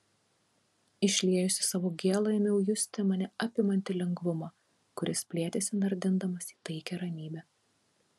išliejusi savo gėlą ėmiau justi mane apimantį lengvumą kuris plėtėsi nardindamas į taikią ramybę